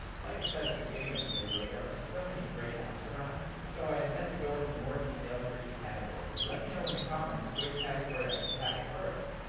like i said at the beginning of the video, there are so many great apps around, so i intend to go into more detail for each category. let me know in the comments which category i should tackle first.